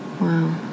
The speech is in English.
Wow